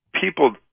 people